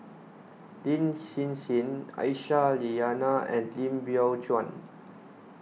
Lin Hsin Hsin Aisyah Lyana and Lim Biow Chuan